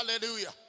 hallelujah